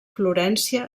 florència